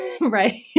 right